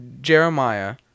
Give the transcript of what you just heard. Jeremiah